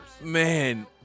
Man